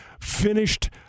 finished